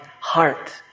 heart